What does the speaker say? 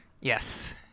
Yes